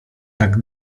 tak